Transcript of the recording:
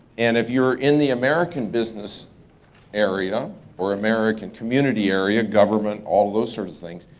and if you're in the american business area or american community area, government, all those sort of things,